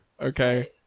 Okay